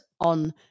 on